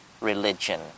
religion